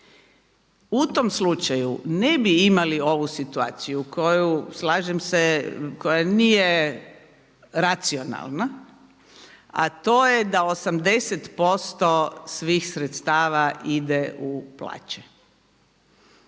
U tom slučaju ne bi imali ovu situaciju koju slažem se, koja nije racionalna a to je da 80% svih sredstava ide u plaće.